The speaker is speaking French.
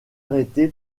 arrêté